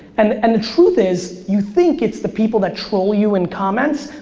and and the truth is, you think it's the people that troll you in comments,